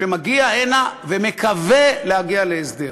שמגיע הנה ומקווה להגיע להסדר?